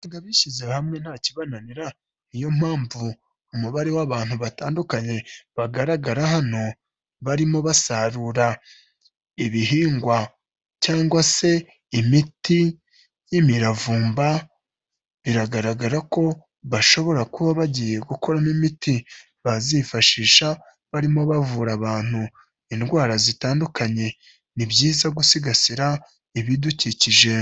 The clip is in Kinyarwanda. Ngo abishyize hamwe nta kibananira, niyo mpamvu umubare w'abantu batandukanye bagaragara hano barimo basarura ibihingwa cyangwa se imiti y'imiravumba, biragaragara ko bashobora kuba bagiye gukora nk'imiti bazifashisha barimo bavura abantu indwara zitandukanye, ni byiza gusigasira ibidukikije.